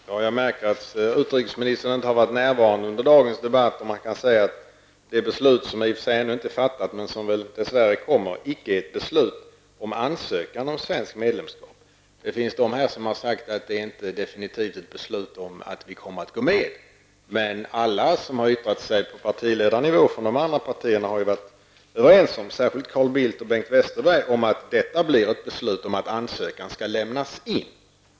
Herr talman! Jag märker att utrikesministern inte har varit närvarande under dagens debatt, eftersom han kan säga att det beslut som i och för sig inte är fattat ännu men som väl dess värre kommer, icke är ett beslut om ansökan om svenskt medlemskap. Det finns de här som har sagt att det inte är ett definitivt beslut om att vi kommer att gå med. Men alla som har yttrat sig på partiledarnivå från de andra partierna -- särskilt Carl Bildt och Bengt Westerberg -- har varit överens om att detta blir ett beslut om att ansökan skall lämnas in.